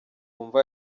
mva